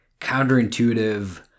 counterintuitive